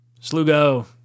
Slugo